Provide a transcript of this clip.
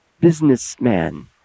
businessman